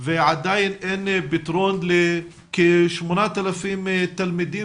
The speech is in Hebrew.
ועדיין אין פתרון לכ-8,000 תלמידים